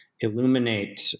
illuminate